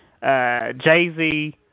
Jay-Z